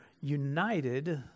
united